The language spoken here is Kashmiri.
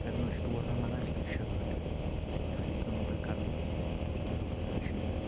ترٛےٚ گٲنٛٹہٕ چھِ تور لَگان اَسہِ لٔگۍ شیٚے گٲنٛٹہٕ تَتہِ تہِ آے نہٕ کٲم پَتہٕ کَرنہٕ تِکیٛازِکہِ تَتہِ اوس تَمہِ کھۄتہٕ زیادٕ شیٖن